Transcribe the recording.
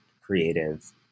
creative